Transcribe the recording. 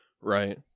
Right